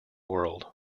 world